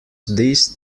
these